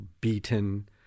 beaten